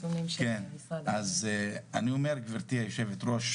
אז אני אומר גברתי היושבת ראש,